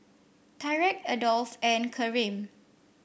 Tyrek Adolph and Karim